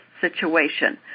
situation